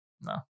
No